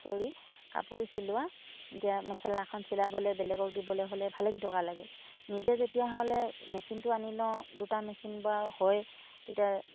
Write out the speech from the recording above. চৰি কাপোৰ চিলোৱা এতিয়া মেখেলা এখন চিলাবলৈ বেলেগক দিবলৈ হ'লে ভালেকেইটকা লাগে নিজে তেতিয়াহ'লে মেচিনটো আনি লওঁ দুটা মেচিন বাৰু হয় তেতিয়া